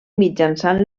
mitjançant